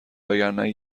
وگرنه